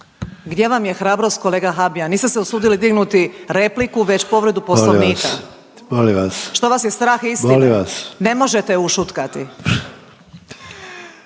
Gdje vam je hrabrost kolega Habijan? Niste se usudili dignuti repliku već povredu poslovnika. …/Upadica Sanader: Molim vas,